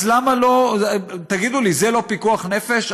אז למה לא, תגידו לי, זה לא פיקוח נפש?